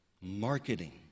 Marketing